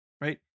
right